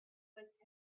was